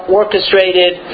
orchestrated